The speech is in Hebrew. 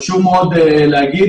חשוב מאוד להגיד.